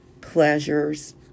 pleasures